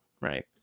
Right